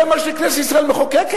זה מה שכנסת ישראל מחוקקת?